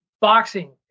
boxing